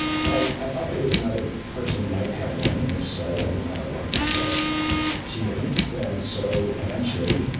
so i i thought there was another person who might have run, and if so i would not have run, but she didn't. so, eventually,